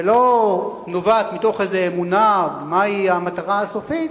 ולא נובעת מתוך איזה אמונה מהי המטרה הסופית,